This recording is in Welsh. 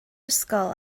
ysgol